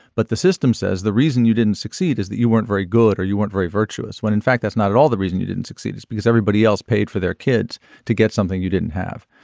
but the system says the reason you didn't succeed is that you weren't very good or you weren't very virtuous when in fact that's not at all the reason you didn't succeed because everybody else paid for their kids to get something you didn't have.